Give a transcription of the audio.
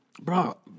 bro